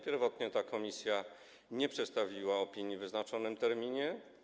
Pierwotnie ta komisja nie przedstawiła opinii w wyznaczonym terminie.